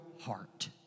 heart